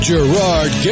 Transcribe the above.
Gerard